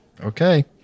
okay